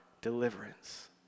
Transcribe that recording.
deliverance